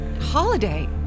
Holiday